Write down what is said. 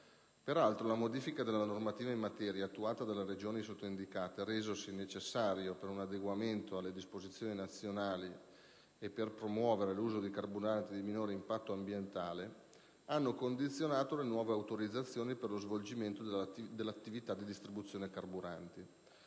Peraltro, la modifica della normativa in materia attuata dalle Regioni sottoindicate, resasi necessaria per un adeguamento alle disposizioni nazionali e per promuovere l'uso di carburanti di minor impatto ambientale, ha condizionato le nuove autorizzazioni per lo svolgimento dell'attività di distribuzione carburanti.